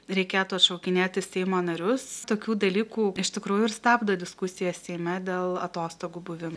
reikėtų atšaukinėti seimo narius tokių dalykų iš tikrųjų ir stabdo diskusiją seime dėl atostogų buvimo